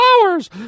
flowers